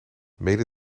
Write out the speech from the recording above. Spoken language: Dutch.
mede